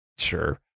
Sure